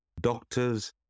doctors